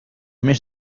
mes